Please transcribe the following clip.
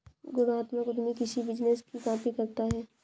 गुणात्मक उद्यमी किसी बिजनेस की कॉपी करता है